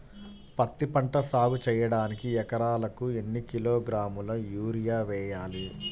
పత్తిపంట సాగు చేయడానికి ఎకరాలకు ఎన్ని కిలోగ్రాముల యూరియా వేయాలి?